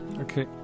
okay